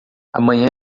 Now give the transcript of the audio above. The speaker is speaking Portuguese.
amanhã